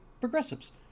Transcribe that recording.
progressives